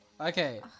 Okay